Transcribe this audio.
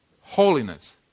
holiness